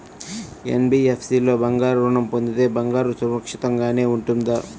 NBFC లో బంగారు ఋణం పొందితే బంగారం సురక్షితంగానే ఉంటుందా?